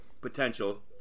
Potential